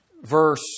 Verse